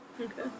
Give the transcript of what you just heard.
Okay